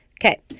Okay